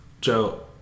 Joe